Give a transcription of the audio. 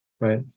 Right